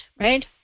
right